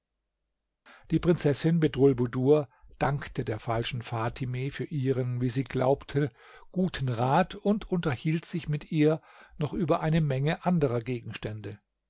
die prinzessin bedrulbudur dankte der falschen fatime für ihren wie sie glaubte guten rat und unterhielt sich mit ihr noch über eine menge anderer gegenstände